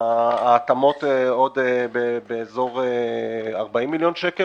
ההתאמות עלו כ-40 מיליון שקל,